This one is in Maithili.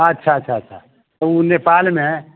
अच्छा अच्छा अच्छा अच्छा ओ नेपालमे